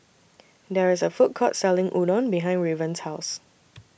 There IS A Food Court Selling Udon behind Raven's House